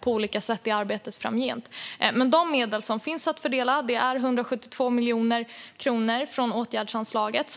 på olika sätt i arbetet framgent. Men de medel som finns att fördela är 172 miljoner kronor från åtgärdsanslaget.